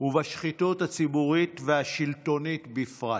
ובשחיתות הציבורית והשלטונית בפרט.